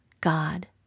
God